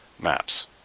Maps